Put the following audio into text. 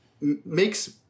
Makes